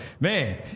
man